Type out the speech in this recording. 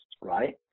right